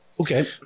Okay